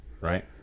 right